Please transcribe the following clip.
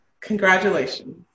Congratulations